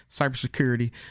cybersecurity